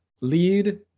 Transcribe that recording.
Lead